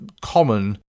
common